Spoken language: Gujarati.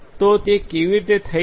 તો તે કેવી રીતે થઈ શકે